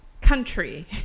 country